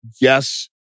yes